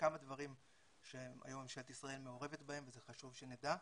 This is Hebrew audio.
כמה דברים שמדינת ישראל מעורבת בהם וחשוב שנדע,